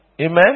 Amen